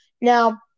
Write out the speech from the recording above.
Now